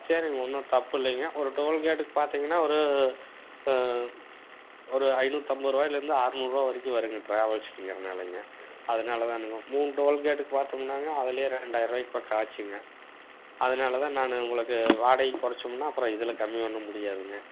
சரிங்க ஒன்றும் தப்பில்லைங்க ஒரு டோல் கேட்டுக்கு பார்த்திங்கன்னா ஒரு ஒரு ஐநூற்றி ஐம்பதுரூபாயில இருந்து அறநூறுவா வரைக்கும் வரும்ங்க ட்ராவல்ஸ் இங்குறதுனாலைங்க அதனாலதானுங்க மூணு டோல் கேட்டுக்கு பார்த்தமுனாங்க அதுலையே ரெண்டாயரூபாய்க்கு பார்க்க ஆச்சுங்க அதனாலதான் நான் உங்களுக்கு வாடகை குறச்சம்னா அப்புறம் இதில் கம்மி பண்ண முடியாதுங்க